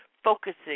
focusing